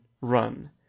run